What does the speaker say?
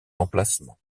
emplacement